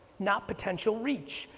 not potential reach,